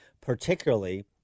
particularly